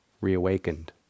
reawakened